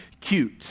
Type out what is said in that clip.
cute